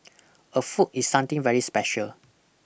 a foot is something very special